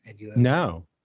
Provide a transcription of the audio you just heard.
No